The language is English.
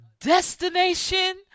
destination